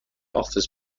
offers